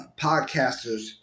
podcasters